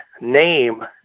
name